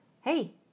hey